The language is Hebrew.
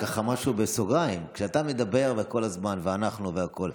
משהו בסוגריים: כשאתה מדבר כל הזמן ואומר "אנחנו" והכול,